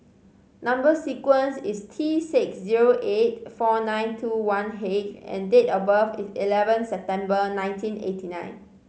number sequence is T six zero eight four nine two one H and date of birth is eleven September nineteen eighty nine